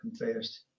confessed